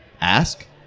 ask